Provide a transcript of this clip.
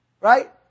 Right